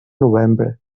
novembre